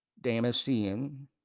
Damascene